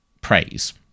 praise